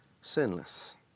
sinless